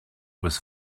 was